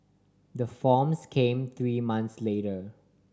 the forms came three months later